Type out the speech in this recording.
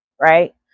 right